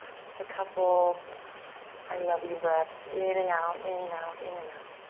just a couple i love you breaths in and out, in and out, in and out.